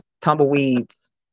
tumbleweeds